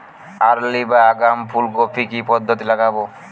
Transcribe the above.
Early বা আগাম ফুল কপি কি পদ্ধতিতে লাগাবো?